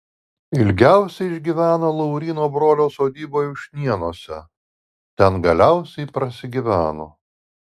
ilgiausiai išgyveno lauryno brolio sodyboje ušnėnuose ten galiausiai prasigyveno